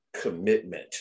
commitment